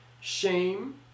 shame